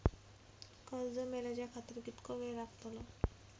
कर्ज मेलाच्या खातिर कीतको वेळ लागतलो?